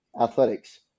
athletics